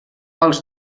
als